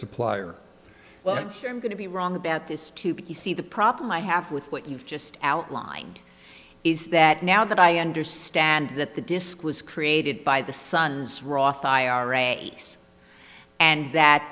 sure i'm going to be wrong about this too but you see the problem i have with what you've just outlined is that now that i understand that the disc was created by the sun's roth ira s and that